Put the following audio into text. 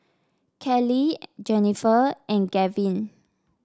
Keli Jenifer and Gavyn